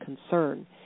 concern